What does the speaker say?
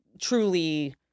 truly